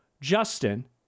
Justin